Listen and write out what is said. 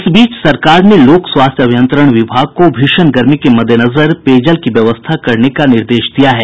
इस बीच सरकार ने लोक स्वास्थ्य अभियंत्रण विभाग को भीषण गर्मी के मद्देनजर पेयजल की व्यवस्था करने का निर्देश दिया है